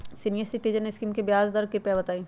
senior citizen scheme के ब्याज दर कृपया बताईं